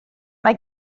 mae